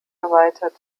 erweitert